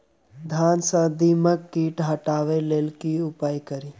धान सँ दीमक कीट हटाबै लेल केँ उपाय करु?